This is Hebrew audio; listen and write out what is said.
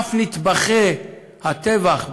אף נטבחי הטבח במעלות,